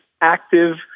Active